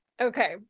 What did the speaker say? okay